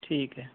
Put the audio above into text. ठीक ऐ